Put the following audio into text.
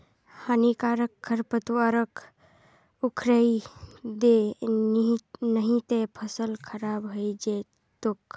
हानिकारक खरपतवारक उखड़इ दे नही त फसल खराब हइ जै तोक